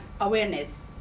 awareness